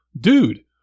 dude